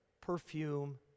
perfume